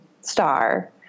star